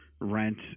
rent